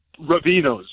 Ravinos